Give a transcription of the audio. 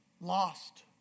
lost